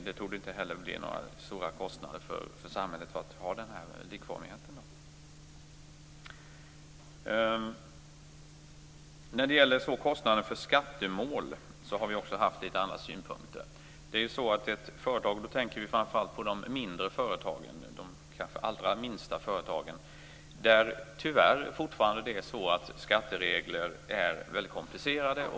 Det torde inte heller bli några stora kostnader för samhället att ha den likformigheten. Vi har haft litet andra synpunkter på kostnaden för skattemål. Tyvärr är skattereglerna väldigt komplicerade för de mindre företagen och de allra minsta företagen.